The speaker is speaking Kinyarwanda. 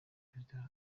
perezida